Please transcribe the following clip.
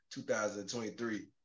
2023